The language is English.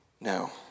No